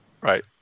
Right